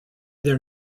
their